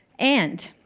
and